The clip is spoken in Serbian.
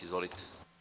Izvolite.